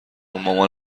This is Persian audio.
مامان